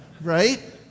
right